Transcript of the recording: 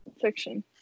Fiction